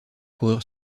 coureur